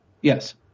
Yes